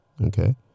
Okay